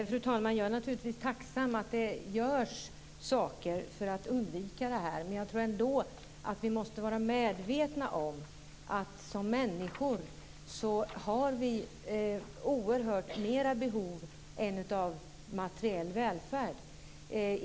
Fru talman! Jag är naturligtvis tacksam att det görs saker för att undvika det här, men jag tror ändå att vi måste vara medvetna om att som människor har vi oerhört mycket mera behov än behovet av materiell välfärd.